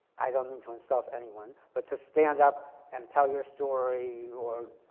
i don't mean to insult anyone, but to stand up and tell your story or